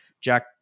Jack